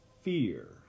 fear